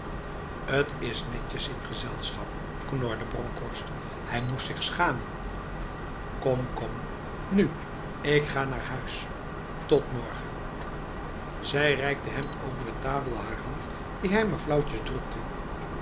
t is netjes in gezelschap knorde bronkhorst hij moest zich schamenf kom kom nu ik ga naar huis tot morgen zij reikte hem over de tafel haar hand die hij maar flauwtjes drukte